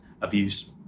abuse